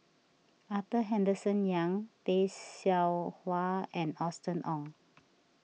Arthur Henderson Young Tay Seow Huah and Austen Ong